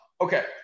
Okay